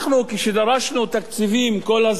כשדרשנו תקציבים כל הזמן,